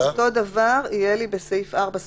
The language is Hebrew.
.." "ובלבד שקיבלה..." כלומר,